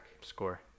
Score